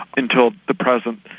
until the present,